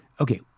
Okay